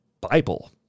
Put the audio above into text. Bible